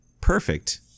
perfect